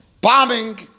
bombing